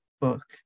book